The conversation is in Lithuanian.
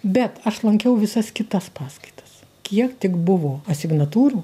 bet aš lankiau visas kitas paskaitas kiek tik buvo asignatūrų